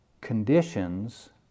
conditions